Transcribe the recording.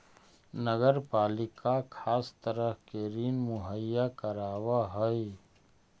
नगर पालिका खास तरह के ऋण मुहैया करावऽ हई